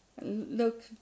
look